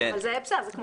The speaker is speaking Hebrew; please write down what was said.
--- זה כמו